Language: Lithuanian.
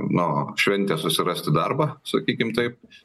na šventė susirasti darbą sakykim taip